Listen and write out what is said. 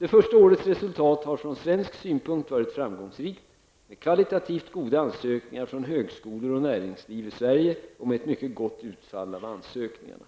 Det första årets resultat har ur svensk synpunkt varit framgångsrikt, med kvalitativt goda ansökningar från högskolor och näringsliv i Sverige och med ett mycket gott utfall av ansökningarna.